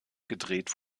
gedreht